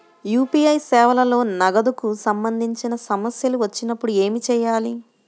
UPI సేవలలో నగదుకు సంబంధించిన సమస్యలు వచ్చినప్పుడు ఏమి చేయాలి?